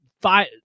five